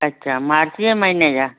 अछा मार्च जे महीने जा